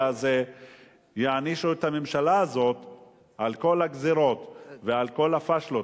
הזה יענישו את הממשלה הזאת על כל הגזירות ועל כל הפשלות,